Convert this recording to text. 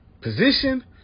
position